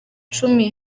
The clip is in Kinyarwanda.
cumi